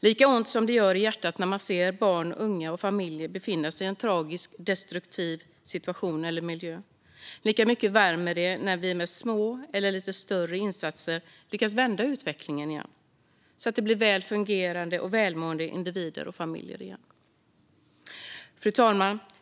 Lika ont som det gör i hjärtat när man ser barn, unga och familjer befinna sig i en tragisk och destruktiv situation eller miljö, lika mycket värmer det när vi med små eller lite större insatser lyckas vända utvecklingen så att familjerna och individerna blir väl fungerande och välmående igen. Fru talman!